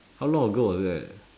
how long ago was that